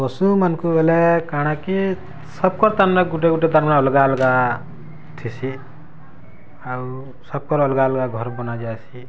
ପଶୁ ମାନଙ୍କୁ ବେଲେ କାଣା କି ସବ୍ କର୍ ତା ମାନେ ଗୁଟେ ଗୁଟେ ତାଙ୍କର୍ ଅଲଗା ଅଲଗା ଥିସି ଆଉ ସବ୍ କର୍ ଅଲଗା ଅଲଗା ଘର ବନା ଯାଇସି